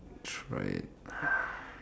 try it